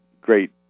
great